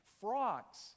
Frogs